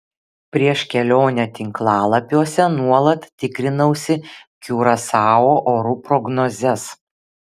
prieš kelionę tinklalapiuose nuolat tikrinausi kiurasao orų prognozes